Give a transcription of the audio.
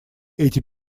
эти